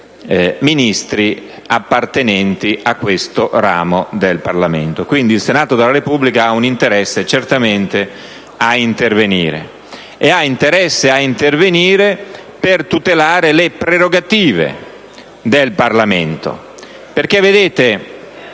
Ministri appartenenti a questo ramo del Parlamento. Quindi, il Senato della Repubblica ha certamente interesse a intervenire per tutelare le prerogative del Parlamento.